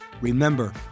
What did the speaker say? Remember